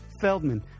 Feldman